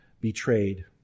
betrayed